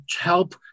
help